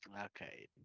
Okay